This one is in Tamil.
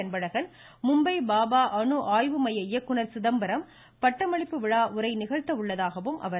அன்பழகன் மும்பை பாபா அணு ஆய்வு மைய இயக்குநர் சிதம்பரம் பட்டமளிப்பு விழா உரை நிகழ்த்த உள்ளதாகவும் அவர் தெரிவித்தார்